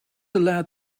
allowed